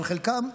אבל חלקם,